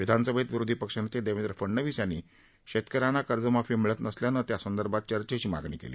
विधानसभेत विरोधी पक्षनेते देवेंद्र फडनवीस यांनी शेतक यांना कर्जमाफी मिळत नसल्यानं त्यासंदर्भात चर्चेची मागणी केली